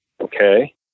okay